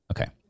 Okay